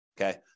okay